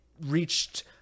reached